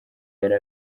yari